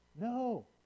No